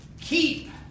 Keep